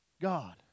God